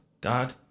God